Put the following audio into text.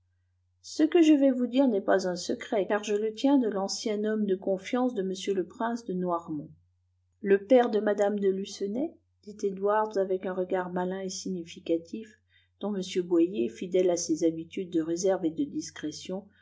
ce que je vais vous dire n'est pas un secret car je le tiens de l'ancien homme de confiance de m le prince de noirmont le père de mme de lucenay dit edwards avec un regard malin et significatif dont m boyer fidèle à ses habitudes de réserve et de discrétion